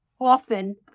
often